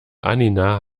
annina